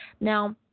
now